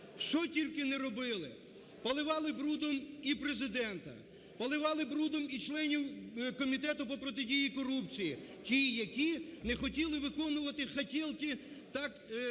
Що тільки не робили: поливали брудом і Президента, поливали брудом і членів Комітету по протидії корупції, ті, які не хотіли виконувати "хотєлки", так